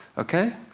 okay?